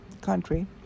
country